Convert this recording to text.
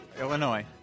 Illinois